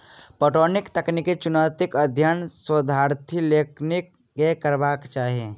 पटौनीक तकनीकी चुनौतीक अध्ययन शोधार्थी लोकनि के करबाक चाही